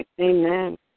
Amen